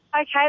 Okay